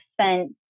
spent